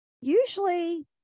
usually